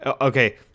Okay